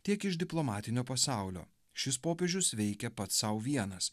tiek iš diplomatinio pasaulio šis popiežius veikia pats sau vienas